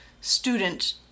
student